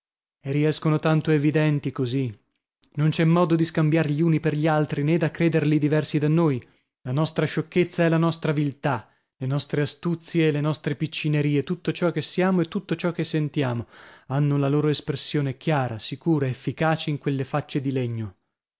e riescono tanto evidenti così non c'è modo di scambiar gli uni per gli altri nè da crederli diversi da noi la nostra sciocchezza e la nostra viltà le nostre astuzie e le nostre piccinerie tutto ciò che siamo e tutto ciò che sentiamo hanno la loro espressione chiara sicura efficace in quelle facce di legno